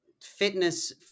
fitness